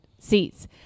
seats